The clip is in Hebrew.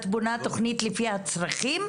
את בונה תוכנית לפי הצרכים,